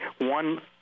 one